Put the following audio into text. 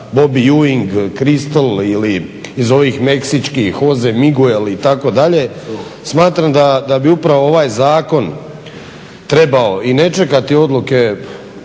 razumije se./… ili iz ovih meksičkih Jose Miguel itd. Smatram da bi upravo ovaj zakon trebao i ne čekati odluke